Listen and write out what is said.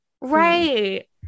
Right